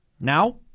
now